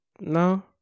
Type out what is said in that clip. No